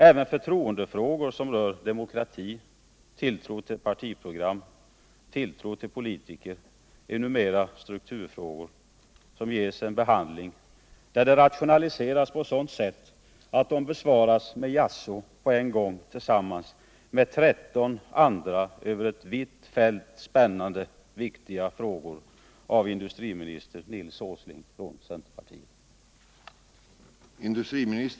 Även förtroendefrågor som rör demokrati, tilltro till partiprogram och tilltro till politiker är numera strukturfrågor, som ges en behandling där det rationaliseras på sådant sätt att de besvaras med jaså på en gång, tillsammans med 13 andra över ett vitt fält spännande viktiga frågor, av industriminister Nils Åsling från centerpartiet.